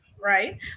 right